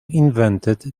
invented